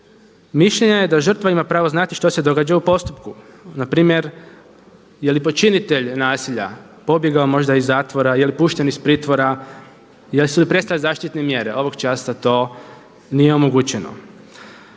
mišljenja je da žrtva ima pravo znati što se događa u postupku. Na primjer je li počinitelj nasilja pobjegao možda iz zatvora, je li pušten iz pritvora, jesu li prestale zaštitne mjere, ovog časa to nije omogućeno.